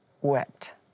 wept